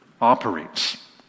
operates